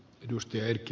arvoisa puhemies